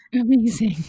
Amazing